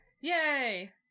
Yay